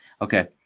Okay